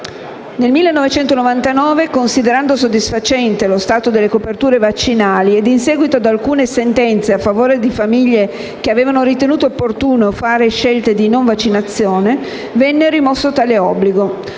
Nel 1999, considerando soddisfacente lo stato delle coperture vaccinali, in seguito ad alcune sentenze a favore di famiglie che avevano ritenuto opportuno fare scelte di non vaccinazione, venne rimosso tale obbligo.